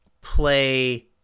play